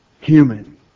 human